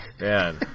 Man